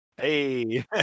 Hey